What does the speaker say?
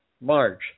March